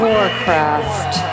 Warcraft